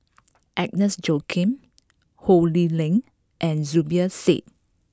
Agnes Joaquim Ho Lee Ling and Zubir Said